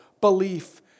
belief